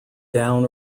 down